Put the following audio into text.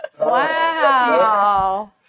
Wow